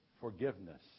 forgiveness